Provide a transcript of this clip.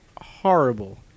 horrible